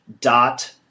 Dot